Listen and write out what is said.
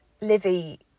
Livy